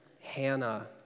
Hannah